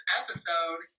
episode